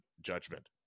judgment